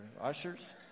Ushers